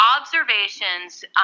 observations